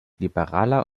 liberaler